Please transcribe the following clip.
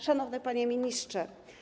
Szanowny Panie Ministrze!